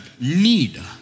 need